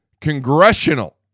congressional